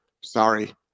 Sorry